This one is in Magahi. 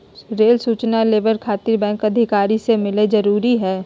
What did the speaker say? रेल सूचना लेबर खातिर बैंक अधिकारी से मिलक जरूरी है?